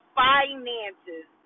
finances